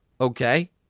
Okay